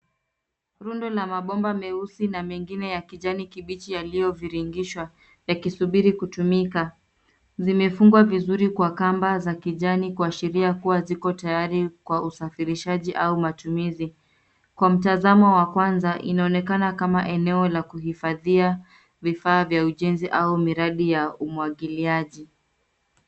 Rundo la mabomba meusi na mengine ya kijani kibichi yaliyoviringishwa, yakisubiri kutumika. Zimefungwa vizuri kwa kamba za kijani, kuashiria kuwa ziko tayari kwa usafirishaji au matumizi. Kwa mtazamo wa kwanza, inaonekana kama eneo la kuhifadhia vifaa vya ujenzi au miradi ya umwagiliaji.